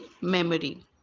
memory